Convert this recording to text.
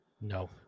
No